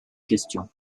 questions